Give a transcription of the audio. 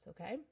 okay